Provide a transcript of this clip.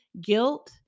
guilt